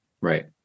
Right